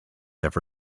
ever